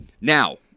Now